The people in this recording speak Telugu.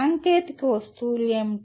సాంకేతిక వస్తువులు ఏమిటి